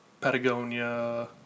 Patagonia